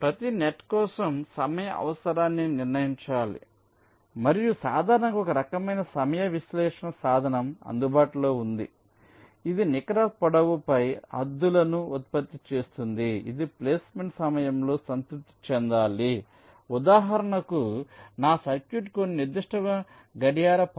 ప్రతి నెట్ కోసం సమయ అవసరాన్ని నిర్ణయించాలి మరియు సాధారణంగా ఒక రకమైన సమయ విశ్లేషణ సాధనం అందుబాటులో ఉంది ఇది నికర పొడవుపై హద్దులను ఉత్పత్తి చేస్తుంది ఇది ప్లేస్మెంట్ సమయంలో సంతృప్తి చెందాలి ఉదాహరణకు నా సర్క్యూట్ కొన్ని నిర్దిష్ట గడియార పౌన